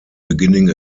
beginning